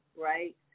right